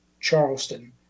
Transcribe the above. Charleston